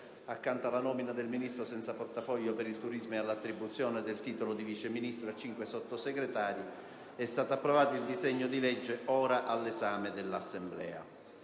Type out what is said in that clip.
accanto alla nomina del Ministro senza portafoglio per il turismo e all'attribuzione del titolo di Vice Ministro a cinque Sottosegretari, è stato approvato il disegno di legge ora all'esame dell'Assemblea.